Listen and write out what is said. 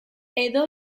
edo